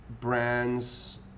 brands